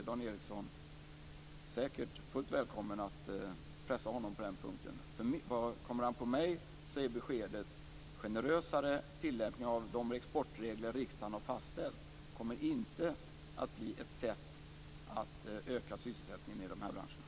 Dan Ericsson är då säkert fullt välkommen att pressa honom på den punkten. I vad som kommer an på mig är beskedet att en generösare tillämpning av de exportregler som riksdagen har fastställt inte kommer att bli ett sätt att öka sysselsättningen i de här branscherna.